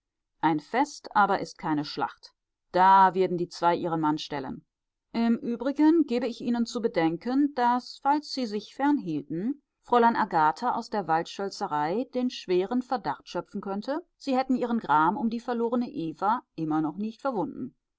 ein fest aber ist keine schlacht da werden die zwei ihren mann stellen im übrigen gebe ich ihnen zu bedenken daß falls sie sich fernhielten fräulein agathe aus der waldschölzerei den schweren verdacht schöpfen könnte sie hätten ihren gram um die verlorene eva immer noch nicht verwunden